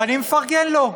ואני מפרגן לו.